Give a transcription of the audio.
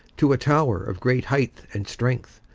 to a tower of great height and strength,